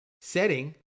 setting